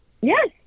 Yes